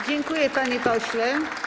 Dziękuję, panie pośle.